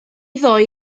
ddoi